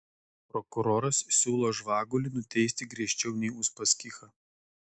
prokuroras siūlo žvagulį nuteisti griežčiau nei uspaskichą